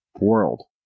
world